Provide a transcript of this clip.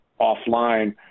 offline